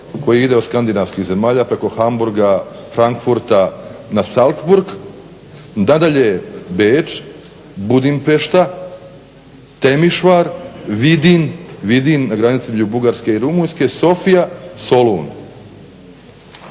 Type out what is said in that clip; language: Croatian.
koji ide od skandinavskih zemalja preko Hamburga, Frankfurta na Salzburg, nadalje Beč, Budimpešta, Temišvar, Vidin na granici Bugarske i Rumunjske, Sofija, Solun.